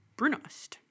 brunost